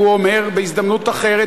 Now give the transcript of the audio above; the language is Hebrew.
והוא אומר בהזדמנות אחרת,